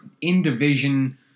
in-division